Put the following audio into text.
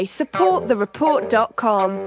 supportthereport.com